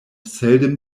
seldom